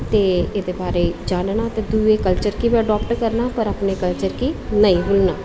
ते एह्दे बारे च जानन्ना ते दुए कल्चर गी बी अड़ाप्ट करना पर अपने कल्चर गी नेईं भुल्लना